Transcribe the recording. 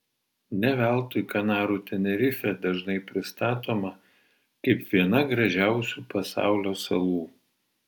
ne veltui kanarų tenerifė dažnai pristatoma kaip viena gražiausių pasaulio salų